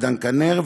ודן כנר,